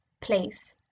place